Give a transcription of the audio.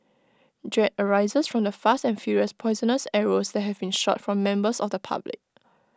dread arises from the fast and furious poisonous arrows that have been shot from members of the public